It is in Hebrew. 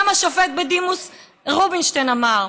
גם השופט בדימוס רובינשטיין אמר: